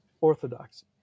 orthodoxy